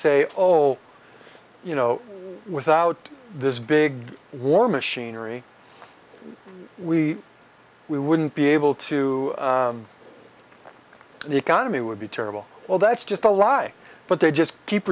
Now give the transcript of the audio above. say oh you know without this big war machinery we we wouldn't be able to the economy would be terrible well that's just a lie but they just keep